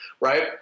right